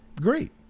Great